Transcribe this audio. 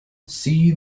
see